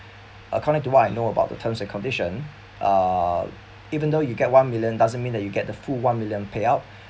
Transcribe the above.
according to what I know about the terms and condition uh even though you get one million doesn't mean that you get the full one million payout